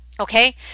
okay